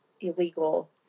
illegal